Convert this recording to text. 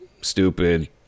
stupid